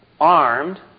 armed